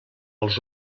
els